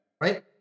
Right